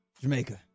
Jamaica